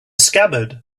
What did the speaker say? scabbard